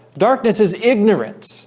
darkness is ignorance